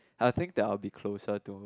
I think that I'll be closer to